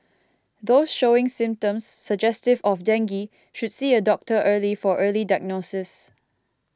those showing symptoms suggestive of dengue should see a doctor early for early diagnosis